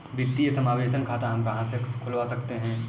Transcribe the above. वित्तीय समावेशन खाता हम कहां से खुलवा सकते हैं?